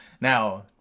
Now